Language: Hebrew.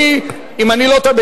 אם אני לא טועה,